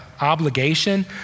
obligation